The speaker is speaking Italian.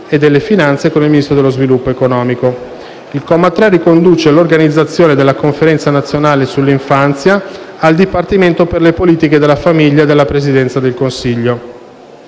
e delle finanze e con il Ministro dello sviluppo economico. Il comma 3 riconduce l'organizzazione della Conferenza nazionale sull'infanzia al Dipartimento per le politiche della famiglia della Presidenza del Consiglio.